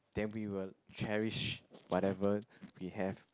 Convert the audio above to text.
then we will cherish whatever we have